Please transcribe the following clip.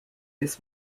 this